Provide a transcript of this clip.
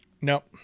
Nope